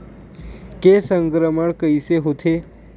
के संक्रमण कइसे होथे?